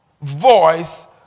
voice